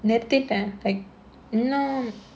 இன்னும்:innum like you know